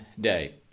day